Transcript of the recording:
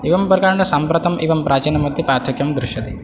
एवं प्रकारेण साम्प्रतम् एवं प्राचीनमध्ये पार्थक्यं दृश्यते